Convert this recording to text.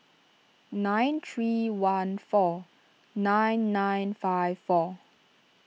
nine three one four nine nine five four